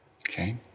Okay